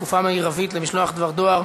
תקופה מרבית למשלוח דבר דואר),